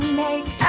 make